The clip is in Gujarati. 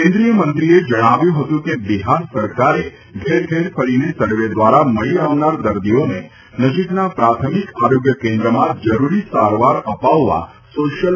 કેન્દ્રીય મંત્રીએ જણાવ્યું હતું કે બિહાર સરકારે ઘેર ઘેર ફરીને સર્વે દ્વારા મળી આવનાર દર્દીઓને નજીકના પ્રાથમિક આરોગ્ય કેન્દ્રમાં જરૂરી સારવાર અપાવવા સોશીયલ ઓડિટ હાથ ધર્યું છે